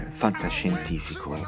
fantascientifico